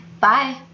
Bye